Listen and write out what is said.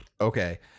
Okay